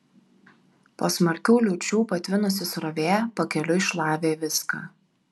po smarkių liūčių patvinusi srovė pakeliui šlavė viską